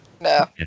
No